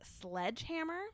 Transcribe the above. Sledgehammer